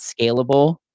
scalable